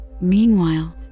Meanwhile